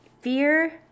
Fear